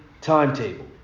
timetable